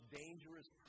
dangerous